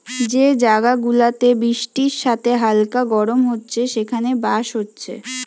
যে জায়গা গুলাতে বৃষ্টির সাথে হালকা গরম হচ্ছে সেখানে বাঁশ হচ্ছে